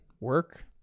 work